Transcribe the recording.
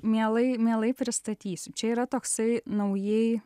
mielai mielai pristatysiu čia yra toksai naujai